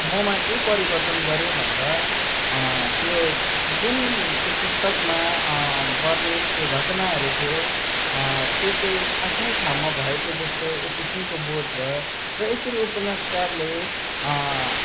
ममा के परिवर्तन गऱ्यो भन्दा त्यो जुन त्यो पुस्तकमा वर्णित त्यो घटनाहरू थियो त्यो चाहिँ आफ्नै ठाउँमा भएको जस्तो एक किसिमको बोध भयो र यसरी उपन्यासकारले